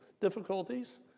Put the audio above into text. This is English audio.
difficulties